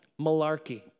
Malarkey